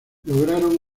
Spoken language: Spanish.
lograron